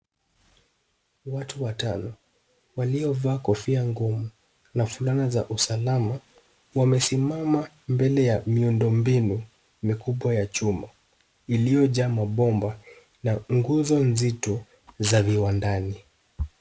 Watu watano waliovaa kofia ngumu na fulana za usalama, wamesimama mbele ya miundo mbinu mikubwa ya chuma iliyojaa mabomba na nguzo nzito za viwandani.